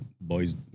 boys